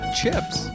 chips